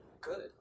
good